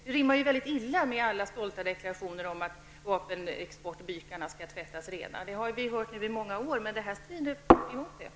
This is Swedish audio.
Det rimmar ju mycket illa med alla stolta deklarationer om att vapenexportbykarna skall tvättas rena. Det har vi ju hört i många år, men det här strider ju emot det.